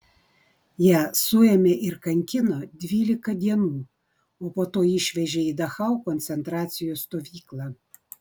ją suėmė ir kankino dvylika dienų o po to išvežė į dachau koncentracijos stovyklą